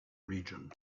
region